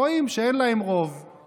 רואים שאין להם רוב,